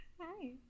Hi